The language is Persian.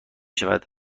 شود